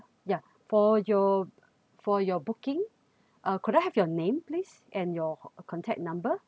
ya for your for your booking uh could I have your name please and your contact number